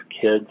kids